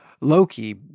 Loki